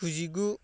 गुजिगु